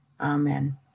Amen